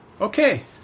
Okay